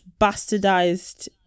bastardized